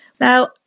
Now